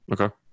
Okay